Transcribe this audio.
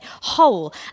whole